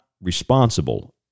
responsible